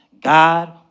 God